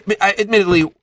admittedly